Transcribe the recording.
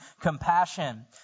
compassion